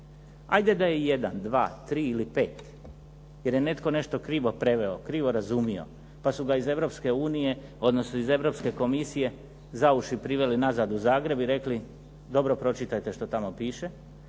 Ajde da je 1, 2, 3 ili 5 jer je netko nešto krivo preveo, krivo razumio, pa su ga iz Europske komisije za uši priveli nazad u Zagreb i rekli dobro pročitajte što tamo piše.